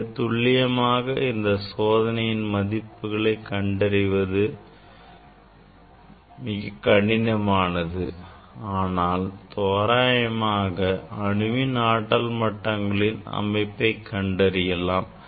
மிகத் துல்லியமாக இந்த சோதனையின் மதிப்புகளை கண்டறிவது மிக கடினமாகும் ஆனால் தோராயமாக அணுவின் ஆற்றல் மட்டங்களின் அமைப்பை கண்டறியலாம்